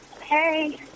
Hey